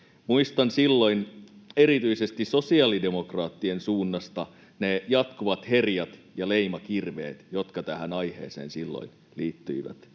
Muistan silloin erityisesti sosiaalidemokraattien suunnasta ne jatkuvat herjat ja leimakirveet, jotka tähän aiheeseen silloin liittyivät.